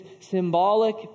symbolic